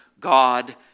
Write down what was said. God